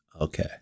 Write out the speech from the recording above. Okay